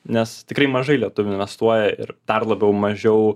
nes tikrai mažai lietuvių investuoja ir dar labiau mažiau